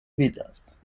vidas